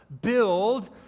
build